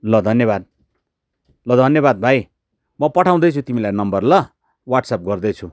ल धन्यवाद ल धन्यवाद भाइ म पठाउँदैछु तिमीलाई नम्बर ल वाट्स्याप गर्दैछु